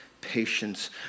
patience